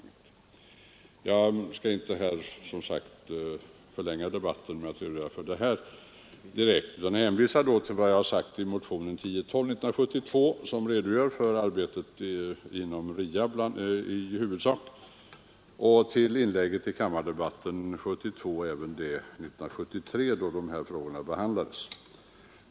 Men jag skall som sagt inte gå närmare in på detta utan hänvisar till min motion 1012 år 1972, där vi redogör för arbetet inom DKSN och RIA, och till mina inlägg i kammardebatterna 1972 och 1973, då de här frågorna behandlades.